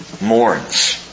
mourns